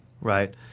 Right